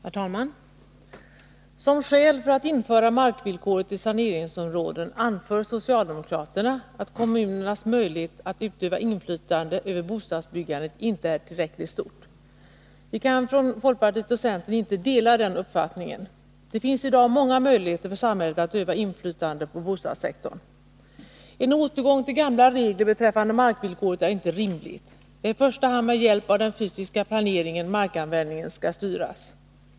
Herr talman! Som skäl för att införa markvillkoret i saneringsområden anför socialdemokraterna att kommunernas möjlighet att utöva inflytande över bostadsbyggandet inte är tillräckligt stor. Vi från folkpartiet och centern kan inte dela den uppfattningen. Det finns i dag många möjligheter för samhället att öva inflytande på bostadssektorn. En återgång till gamla regler beträffande markvillkoret är inte rimlig. Det äriförsta hand med hjälp av den fysiska planeringen som markanvändningen skall styras.